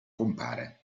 compare